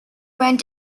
went